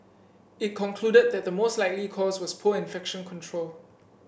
it concluded that the most likely cause was poor infection control